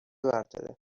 برداره